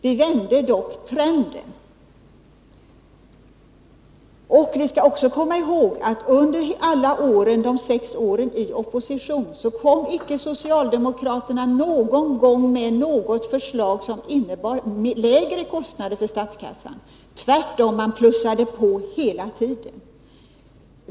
Vi vände dock trenden. Vi skall också komma ihåg, att under de sex åren i opposition kom socialdemokraterna icke någon gång med något förslag som innebar lägre kostnader för statskassan. Tvärtom! De pressade på hela tiden.